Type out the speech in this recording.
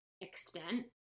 extent